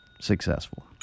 Successful